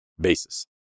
basis